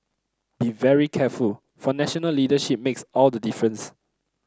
be very careful for national leadership makes all the difference